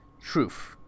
Truth